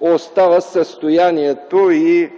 остават състоянието и